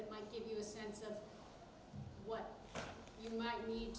that might give you a sense of what you might need